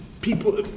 people